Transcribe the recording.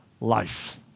life